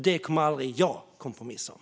Det kommer jag aldrig att kompromissa om.